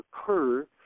occur